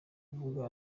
kuvuga